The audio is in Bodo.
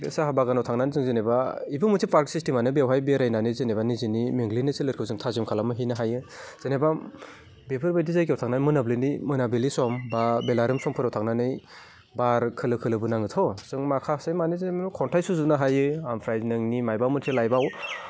बे साहा बागानाव थांनानै जों जेनेबा बेबो मोनसे पार्क सिसटिमआनो बेवहाय बेरायनानै जेनेबा निजिनि मेंग्लिनाय सोलेरखौ जों थाजिम खालामहैनो हायो जेनेबा बेफोबादि जायगायाव थांनानै मोनाब्लिनि मोनाबिलि सम बा बेलारोम समफोराव थांनानै बार खोलो खोलोबो नाङोथ' जों माखासे माने जेन खन्थाइ सुजुनो हायो आमफ्राय नोंनि माइबा मोनसे लाइफआव